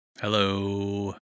Hello